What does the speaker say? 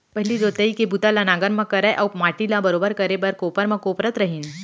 पहिली जोतई के बूता ल नांगर म करय अउ माटी ल बरोबर करे बर कोपर म कोपरत रहिन